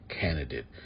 candidate